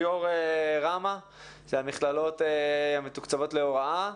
יושב ראש רמ"א, המכללות המתוקצבות להוראה.